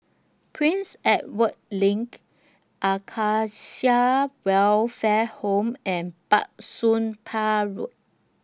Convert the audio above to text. Prince Edward LINK Acacia Welfare Home and Bah Soon Pah Road